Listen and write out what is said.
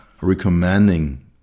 recommending